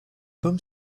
pomme